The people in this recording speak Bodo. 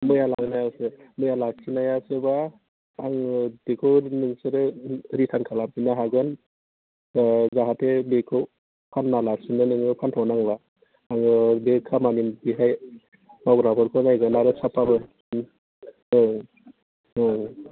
मैया लांनायासो मैया लाखिनायासोब्ला आङो बेखौ नोंसोरो रिटार्न खालामफिननो हागोन अ जाहाथे बेखौ फाहामना लाफिननो नोङो फानथ' नांला आङो बे खामानि बेवहाय मावग्राफोरखौ रायगोन आरो साफाबो औ औ